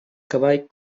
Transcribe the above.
cavall